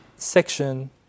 section